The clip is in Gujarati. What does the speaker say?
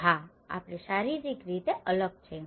હા આપણે શારીરિક રીતે આપણે અલગ છીએ